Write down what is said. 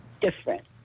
different